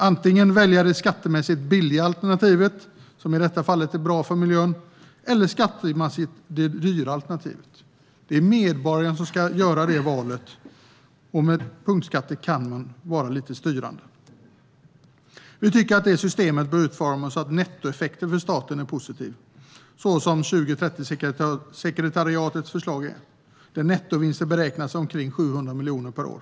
Antingen väljer man det skattemässigt billiga alternativet, som i detta fall är bra för miljön, eller det skattemässigt dyra alternativet. Det är medborgaren som ska göra detta val, och med punktskatter kan man vara lite styrande. Systemet bör utformas så att nettoeffekten för staten är positiv, som i 2030-sekretariatets förslag. Här beräknas nettovinsten till omkring 700 miljoner per år.